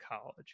college